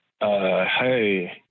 hey